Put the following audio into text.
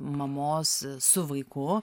mamos su vaiku